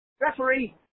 Referee